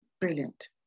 brilliant